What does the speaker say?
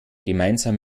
gemeinsam